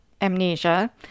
amnesia